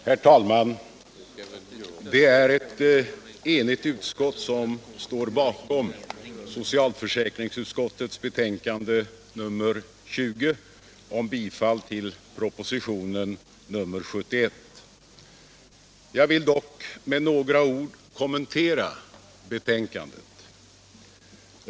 Herr talman! Ett enigt utskott står bakom socialförsäkringsutskottets betänkande nr 20 om bifall till propositionen 1976/77:71. Jag vill dock med några ord kommentera betänkandet.